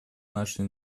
наши